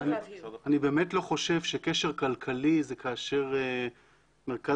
אני באמת לא חושב שקשר כלכלי זה כאשר מרכז